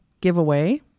giveaway